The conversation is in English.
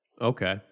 Okay